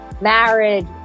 marriage